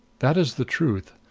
that is the truth.